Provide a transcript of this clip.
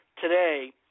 today